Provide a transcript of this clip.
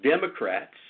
Democrats